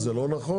זה לא נכון.